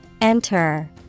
Enter